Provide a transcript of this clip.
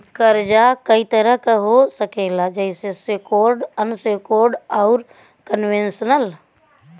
कर्जा कई तरह क हो सकेला जइसे सेक्योर्ड, अनसेक्योर्ड, आउर कन्वेशनल